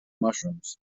mushrooms